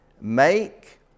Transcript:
make